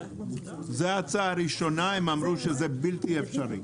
זו ההצעה הראשונה, הם אמרו שזה בלתי אפשרי.